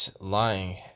lying